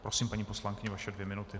Prosím, paní poslankyně, vaše dvě minuty.